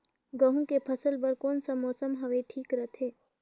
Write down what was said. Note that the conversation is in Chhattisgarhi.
गहूं के फसल बर कौन सा मौसम हवे ठीक रथे?